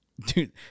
Dude